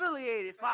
affiliated